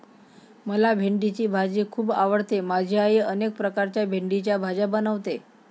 मला भेंडीची भाजी खूप आवडते माझी आई अनेक प्रकारच्या भेंडीच्या भाज्या बनवते